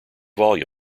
volume